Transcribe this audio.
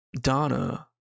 Donna